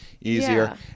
easier